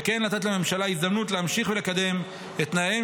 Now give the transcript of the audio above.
וכן לתת לממשלה את ההזדמנות להמשיך ולקדם את תנאיהם